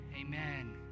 Amen